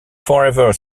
forever